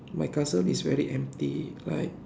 my castle is very empty like